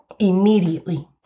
immediately